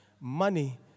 Money